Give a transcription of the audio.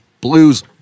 Blues